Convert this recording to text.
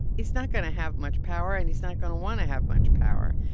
he's not going to have much power, and he's not going to want to have much power.